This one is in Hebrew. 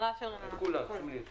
לשאלה הראשונה של איתי,